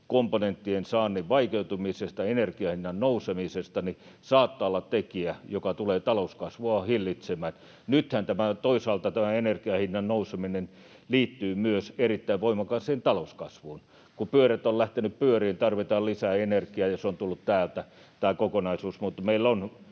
komponenttien saannin vaikeutumisesta, energian hinnan nousemisesta, saattaa olla tekijä, joka tulee talouskasvua hillitsemään. Nythän tämä energian hinnan nouseminen toisaalta liittyy myös erittäin voimakkaaseen talouskasvuun. Kun pyörät ovat lähteneet pyörimään, tarvitaan lisää energiaa, ja se kokonaisuus on tullut täältä. Mutta meillä on